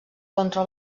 contra